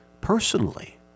personally